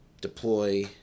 deploy